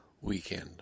weekend